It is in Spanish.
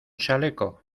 chaleco